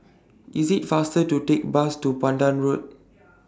IS IT faster to Take Bus to Pandan Road